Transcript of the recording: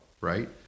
right